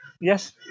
Yes